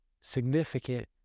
significant